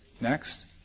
Next